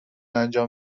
انجام